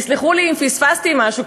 ותסלחו לי אם פספסתי משהו,